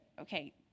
Okay